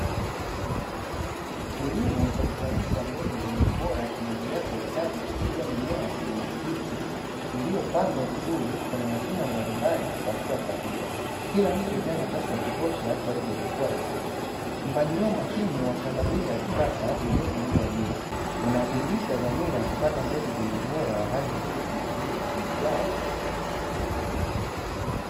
KIlimo cha kuzalisha mbegu zenye ubora kinaendelea kwa ustadi ikiwa mimea ya kijani kibichi iliyopandwa vizuri kwenye mashina mbalimbali kwa hatua sahihi kila mche ukiwa na hatua sahihi za kutosha kwaajili ya kukua vizuri, mpangilio makini wa shamba hili la kisasa lililofunikwa juu unadhihirisha dhamira ya kupata mbegu zenye ubora wa hali ya juu kwa matumizi ya msimu ujao wa kilimo.